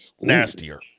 nastier